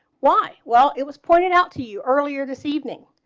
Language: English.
why. well, it was pointed out to you earlier this evening.